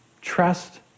trust